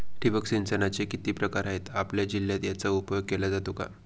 ठिबक सिंचनाचे किती प्रकार आहेत? आपल्या जिल्ह्यात याचा उपयोग केला जातो का?